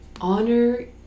honor